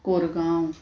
Korgaon